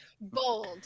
Bold